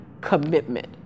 commitment